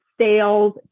sales